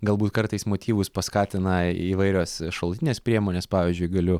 galbūt kartais motyvus paskatina įvairios šalutinės priemonės pavyzdžiui galiu